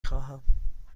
خواهم